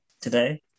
today